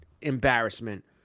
embarrassment